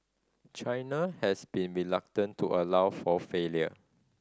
China has been reluctant to allow for failures